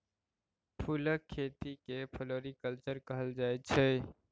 फुलक खेती केँ फ्लोरीकल्चर कहल जाइ छै